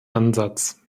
ansatz